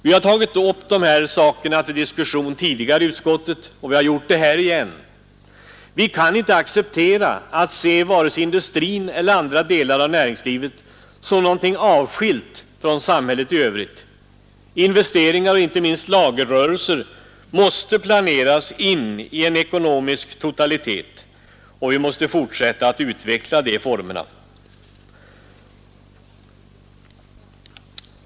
Vi har tagit upp detta till diskussion tidigare i utskottet, och vi har gjort det nu igen. Vi kan inte acceptera att se vare sig industrin eller andra delar av näringslivet som någonting avskilt från samhället i övrigt. Investeringar och inte minst lagerrörelser måste planeras in i en ekonomisk totalitet, och vi måste fortsätta att utveckla de formerna.